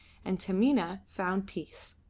and taminah found peace.